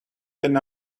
than